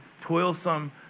toilsome